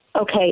Okay